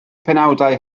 penawdau